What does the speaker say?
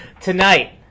tonight